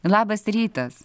labas rytas